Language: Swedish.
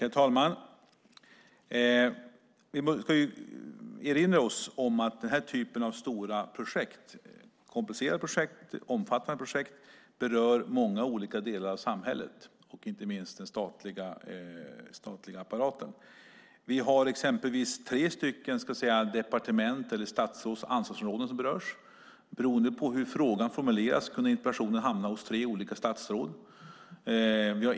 Herr talman! Vi måste erinra oss att den här typen av stora, komplicerade, omfattande projekt berör många olika delar av samhället, inte minst den statliga apparaten. Exempelvis berörs tre statsråds ansvarsområden. Beroende på hur frågan formulerades kunde interpellationen hamna hos tre olika statsråd.